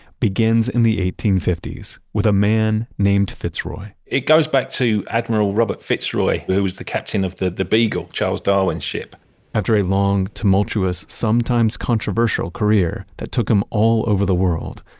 begins in the eighteen fifty s with a man named fitzroy it goes back to admiral robert fitzroy who was the captain of the the beagle, charles darwin's ship after a long, tumultuous, sometimes controversial, career that took him all over the world,